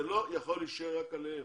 זה לא יכול להישען רק עליהם.